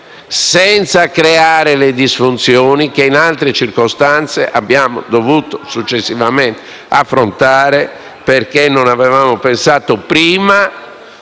senza creare le disfunzioni che in altre circostanze abbiamo dovuto successivamente affrontare, perché non avevamo pensato prima